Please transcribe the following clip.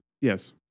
Yes